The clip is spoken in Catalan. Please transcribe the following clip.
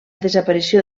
desaparició